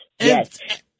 yes